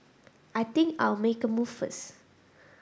I think I'll make a move first